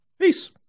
Peace